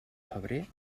febrer